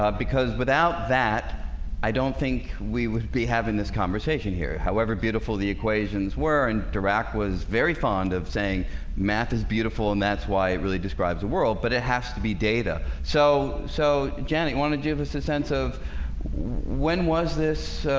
ah without that i don't think we would be having this conversation here however, beautiful the equations were and dirac was very fond of saying math is beautiful and that's why it really describes the world but it has to be data. so so janet wanted to give us a sense of when was this?